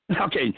Okay